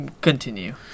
continue